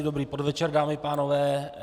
Dobrý podvečer, dámy a pánové.